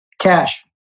Cash